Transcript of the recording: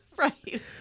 Right